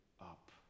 up